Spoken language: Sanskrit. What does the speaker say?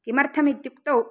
किमर्थम् इत्युक्तौ